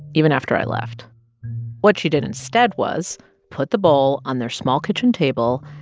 even after i left what she did instead was put the bowl on their small kitchen table,